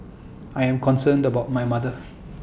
I am concerned about my mother